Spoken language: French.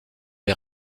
les